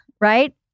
right